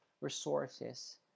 resources